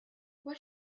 what